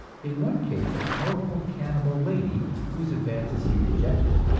in one case a powerful cannibal lady, whose advances he rejected,